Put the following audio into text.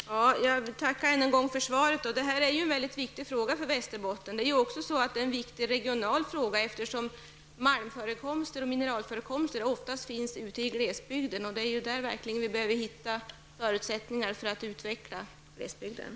Herr talman! Jag tackar än en gång för svaret. Detta är en mycket viktig fråga för Västerbotten. Det är också en viktig regionalpolitisk fråga, eftersom malm och mineralförekomsterna ofta finns i glesbygden. Det är där vi behöver finna förutsättningar för att kunna skapa sysselsättning.